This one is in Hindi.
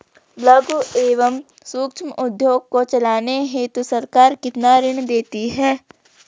लघु एवं सूक्ष्म उद्योग को चलाने हेतु सरकार कितना ऋण देती है?